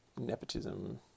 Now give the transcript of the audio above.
nepotism